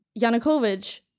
Yanukovych